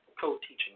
co-teaching